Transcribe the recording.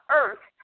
earth